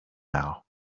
now